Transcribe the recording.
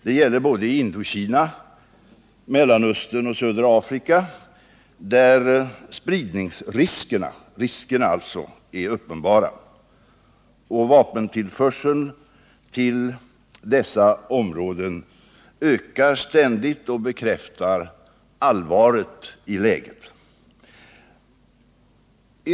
Det gäller såväl i Indokina och Mellanöstern som i södra Afrika, där spridningsriskerna är uppenbara, och vapentillförseln till dessa områden ökar ständigt och bekräftar allvaret i läget.